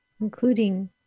Including